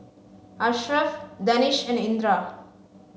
Ashraf Danish and Indra